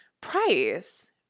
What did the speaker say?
price